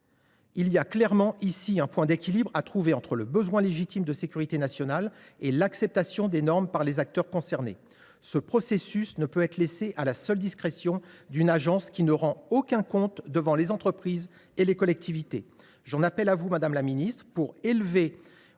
clairement de trouver le point d’équilibre entre le besoin légitime de sécurité nationale et l’acceptation des normes par les acteurs concernés. Ce processus ne peut être laissé à la seule discrétion d’une agence qui ne rend aucun compte devant les entreprises et les collectivités. J’en appelle à vous, madame la ministre, pour élever